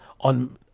On